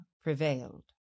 prevailed